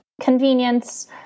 Convenience